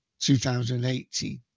2018